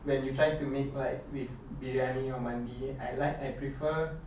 when you try to make like with briyani or mandi I like I prefer